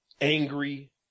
angry